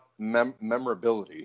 memorability